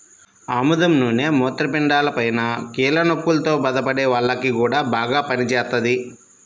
ఆముదం నూనె మూత్రపిండాలపైన, కీళ్ల నొప్పుల్తో బాధపడే వాల్లకి గూడా బాగా పనిజేత్తది